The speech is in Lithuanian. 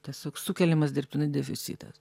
tiesiog sukeliamas dirbtinai deficitas